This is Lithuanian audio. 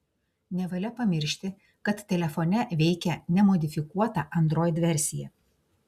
nevalia pamiršti kad telefone veikia nemodifikuota android versija